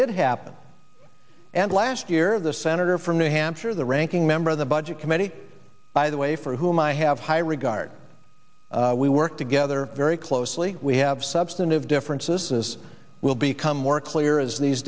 did happen and last year the senator from new hampshire the ranking member of the budget committee by the way for whom i have high regard we work together very closely we have substantive differences this will become more clear as these